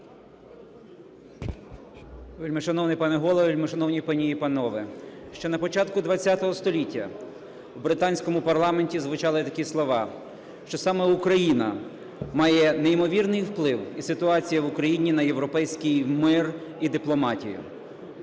Вельмишановний пане Голово, вельмишановні пані і панове, ще на початку ХХ століття в британському парламенті звучали такі слова, що саме Україна має неймовірний вплив, і ситуація в Україні, на європейський мир і дипломатію.